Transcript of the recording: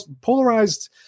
polarized